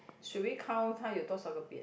should we count 它有多少个边